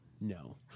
no